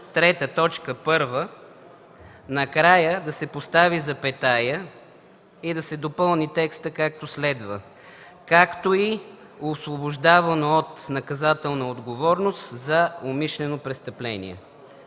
3, т. 1 накрая да се постави запетайка и да се допълни текстът, както следва: „както и освобождаване от наказателна отговорност за умишлено престъпление”.